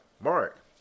Mark